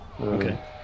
Okay